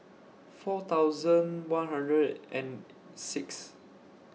four thousand one hundred and Sixth